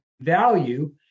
value